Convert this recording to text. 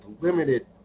limited